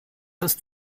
ist